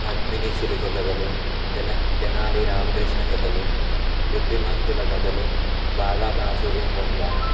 పద్మిని చిలుక కథలు తెల తెనాలి రామకృష్ణ కథలు బుద్ధిమంతుల కథలు బాగా ప్రాచుర్యం పొందాయి